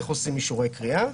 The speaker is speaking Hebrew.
איך עושים אישורי קריאה.